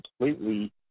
completely